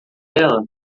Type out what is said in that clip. ela